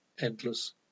endless